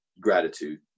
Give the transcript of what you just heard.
gratitude